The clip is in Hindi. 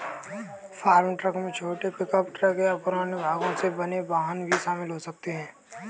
फार्म ट्रक में छोटे पिकअप ट्रक या पुराने भागों से बने वाहन भी शामिल हो सकते हैं